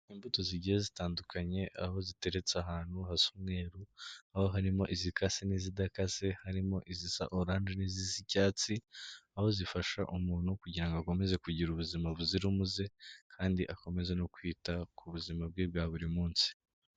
Imbuto zigiye zitandukanye, aho ziteretse ahantu hasa umweru, aho harimo izikase n'izidakaze, harimo izisa oranje n'izisa icyatsi, aho zifasha umuntu kugira ngo akomeze kugira ubuzima buzira umuze, kandi akomeze no kwita ku buzima bwe bwa buri munsi.